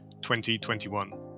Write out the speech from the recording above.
2021